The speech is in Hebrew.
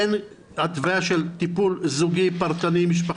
אין התוויה של טיפול זוגי, פרטני, משפחה.